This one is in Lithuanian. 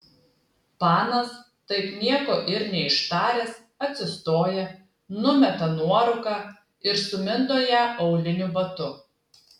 panas taip nieko ir neištaręs atsistoja numeta nuorūką ir sumindo ją auliniu batu